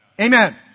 Amen